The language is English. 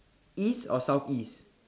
East or South East